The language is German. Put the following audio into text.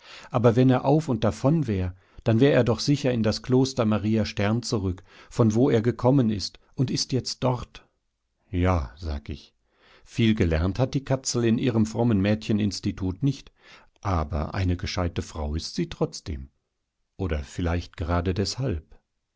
aber wenn er auf und davon wär dann wär er doch sicher in das kloster maria stern zurück von wo er gekommen ist und ist jetzt dort ja sag ich viel gelernt hat die katzel in ihrem frommen mädcheninstitut nicht aber eine gescheite frau ist sie trotzdem oder vielleicht gerade deshalb